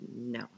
no